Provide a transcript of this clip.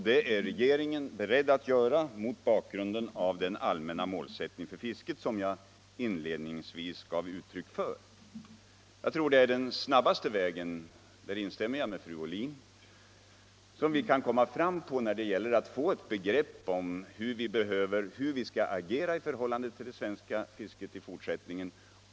Det är regeringen också beredd att göra mot bakgrund av den allmänna målsättning för fisket som jag inledningsvis gav uttryck för. Jag tror att det är den snabbaste väg — där instämmer jag med fru Ohlin —- som vi kan komma fram på när det gäller att få ett begrepp om hur vi skall agera i förhållande till fisket i fortsättningen.